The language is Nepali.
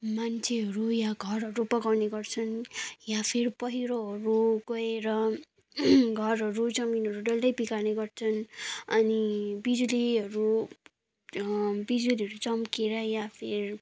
मान्छेहरू या घरहरू बगाउने गर्छन् या फिर पैह्रोहरू गएर घरहरू जमीनहरू डल्लै बिगार्ने गर्छन् अनि बिजुलीहरू बिजुलीहरू चम्केर या फिर